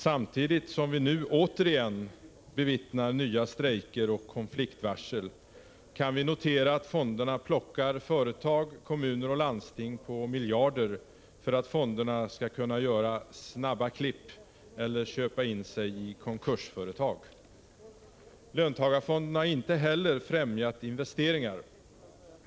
Samtidigt som vi nu återigen bevittnar nya strejker och konfliktvarsel, kan vi notera att fonderna plockar företag, kommuner och landsting på miljarder för att fonderna skall kunna göra ”snabba klipp” eller köpa in sig i konkursföretag. Löntagarfonderna har inte heller främjat investeringar.